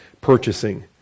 purchasing